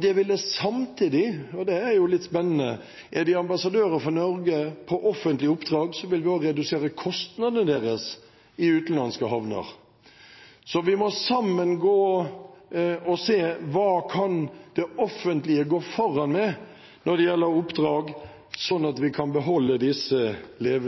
Det ville samtidig – og det er jo litt spennende – som de er ambassadører for Norge på offentlig oppdrag, også redusere kostnadene deres i utenlandske havner. Vi må sammen se hva det offentlige kan gå foran med når det gjelder oppdrag, sånn at vi kan beholde disse